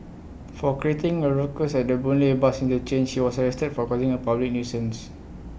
for creating A ruckus at the boon lay bus interchange he was arrested for causing A public nuisance